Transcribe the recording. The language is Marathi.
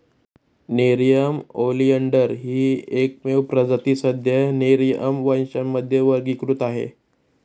नेरिअम ओलियंडर ही एकमेव प्रजाती सध्या नेरिअम वंशामध्ये वर्गीकृत आहे